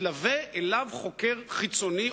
יתלווה אליו חוקר חיצוני,